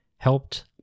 Helped